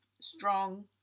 strong